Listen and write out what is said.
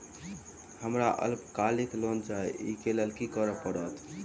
हमरा अल्पकालिक लोन चाहि अई केँ लेल की करऽ पड़त?